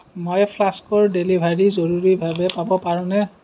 মই ফ্লাস্কৰ ডেলিভৰী জৰুৰীভাৱে পাব পাৰোঁনে